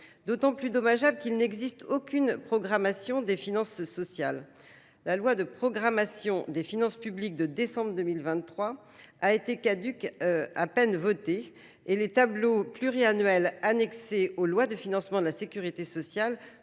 D'autant plus dommageable qu'il n'existe aucune programmation des finances sociales. La loi de programmation des finances publiques de décembre 2023 a été caduque à peine voté et les tableaux pluriannuels annexés aux lois de financement de la Sécurité sociale